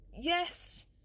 yes